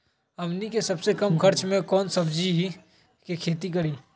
हमनी के सबसे कम खर्च में कौन से सब्जी के खेती करी?